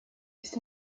ist